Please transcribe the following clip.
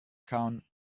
kann